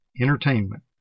entertainment